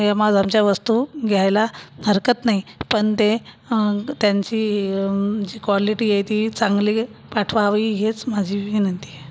एमाझॉनच्या वस्तू घ्यायला हरकत नाही पण ते त्यांची जी कॉलिटी आहे ती चांगली पाठवावी हीच माझी विनंती आहे